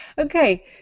Okay